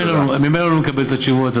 ממילא הוא לא מקבל את התשובות,